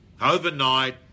overnight